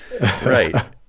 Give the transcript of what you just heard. Right